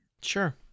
Sure